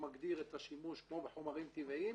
הוא מגדיר את השימוש כמו בחומרים טבעיים.